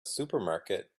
supermarket